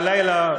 והלילה,